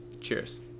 Cheers